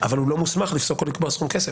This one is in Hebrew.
אבל הוא לא מוסמך לפסוק או לקבוע סכום כסף.